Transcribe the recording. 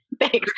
Thanks